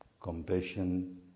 compassion